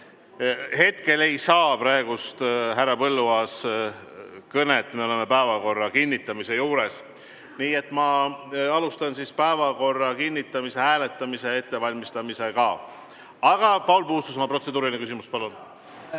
Hetkel ei saa härra Põlluaas kõnet, me oleme päevakorra kinnitamise juures. Nii et ma alustan päevakorra kinnitamise hääletamise ettevalmistamist. Aga, Paul Puustusmaa, protseduuriline küsimus, palun!